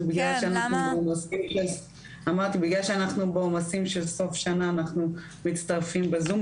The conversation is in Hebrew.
זה בגלל שאנחנו בעומסים של סוף שנה שאנחנו מצטרפים בזום.